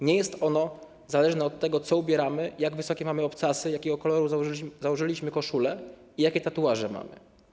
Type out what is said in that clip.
Nie jest ono zależne od tego, w co się ubieramy, jak wysokie mamy obcasy, jakiego koloru założyliśmy koszulę i jakie tatuaże mamy.